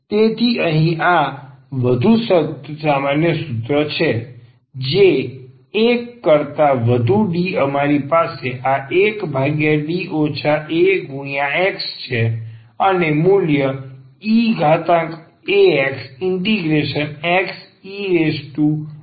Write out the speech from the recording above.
તેથી અહીં આ એક વધુ સામાન્ય સૂત્ર છે જે 1 કરતાં વધુ D અમારી પાસે આ 1D aX છે અને મૂલ્ય eaxXe axdx છે